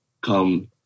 come